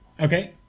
Okay